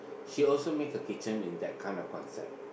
she also make a kitchen in that kind of concept